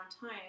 time